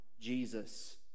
jesus